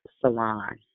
salon